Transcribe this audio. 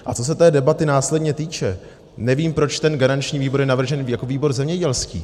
A co se té debaty následně týče, nevím, proč ten garanční výbor je navržen jako výbor zemědělský.